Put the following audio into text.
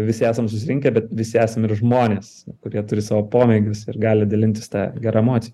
visi esam susirinkę bet visi esam ir žmonės kurie turi savo pomėgius ir gali dalintis ta gera emocija